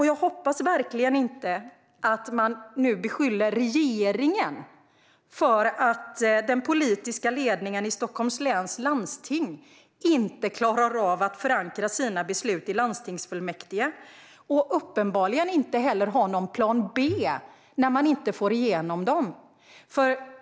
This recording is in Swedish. Jag hoppas verkligen inte att man nu beskyller regeringen för att den politiska ledningen i Stockholms läns landsting inte klarar av att förankra sina beslut i landstingsfullmäktige. Man har uppenbarligen inte heller någon plan B när man inte får igenom sina förslag.